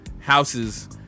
houses